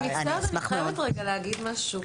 אני מצטערת, אני חייבת רגע להגיד משהו.